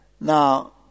Now